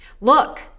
Look